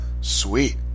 Sweet